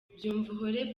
byumvuhore